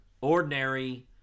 ordinary